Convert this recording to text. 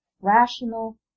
rational